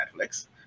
netflix